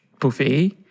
buffet